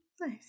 Nice